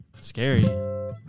Scary